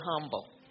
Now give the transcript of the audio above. humble